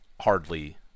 hardly